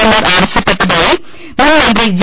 A മാർ ആവശ്യ പ്പെട്ടതായി മുൻമന്ത്രി ജി